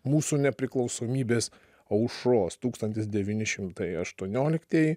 mūsų nepriklausomybės aušros tūkstantis devyni šimtai aštuonioliktieji